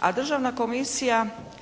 a Državna komisija